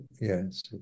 yes